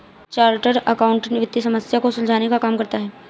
chartered accountant वित्तीय समस्या को सुलझाने का काम करता है